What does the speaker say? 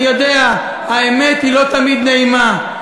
אני יודע, האמת היא לא תמיד נעימה.